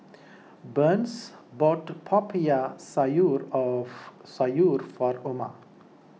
Burns bought Popiah Sayur of Sayur from Oma